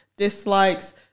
dislikes